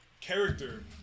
character